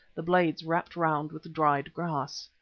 the blades wrapped round with dried grass.